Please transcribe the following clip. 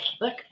look